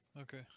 okay